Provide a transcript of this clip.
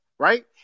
Right